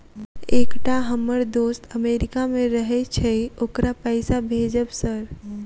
एकटा हम्मर दोस्त अमेरिका मे रहैय छै ओकरा पैसा भेजब सर?